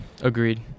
Agreed